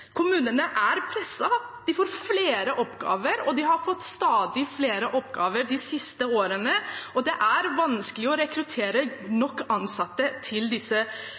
Kommunene er presset. De får flere oppgaver, de har fått stadig flere oppgaver de siste årene, og det er vanskelig å rekruttere nok ansatte til å løse disse